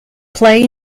play